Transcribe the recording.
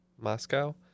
moscow